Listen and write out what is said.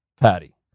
patty